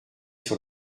sur